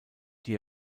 die